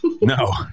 No